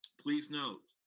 please note,